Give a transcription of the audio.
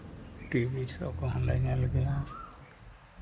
TV ᱥᱳ ᱠᱚᱦᱚᱸᱞᱮ ᱧᱮᱞ ᱜᱮᱭᱟ